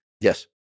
Yes